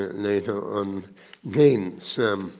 later on gained some